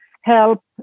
help